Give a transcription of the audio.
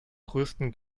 größten